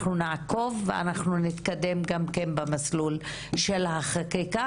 אנחנו נעקוב ואנחנו נתקדם גם כן במסלול של החקיקה.